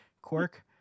quirk